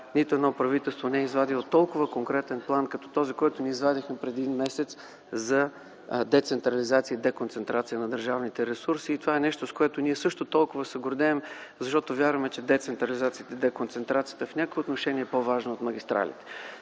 нито едно правителство не е извадило толкова конкретен план като този, който ние извадихме преди един месец – за децентрализация и деконцентрация на държавните ресурси. С това също толкова се гордеем, защото вярваме, че децентрализацията и деконцентрацията в някои отношения са по-важни от магистралите.